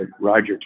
Roger